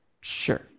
Sure